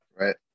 Right